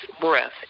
breath